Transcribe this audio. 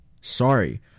sorry